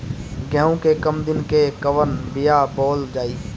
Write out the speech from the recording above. गेहूं के कम दिन के कवन बीआ बोअल जाई?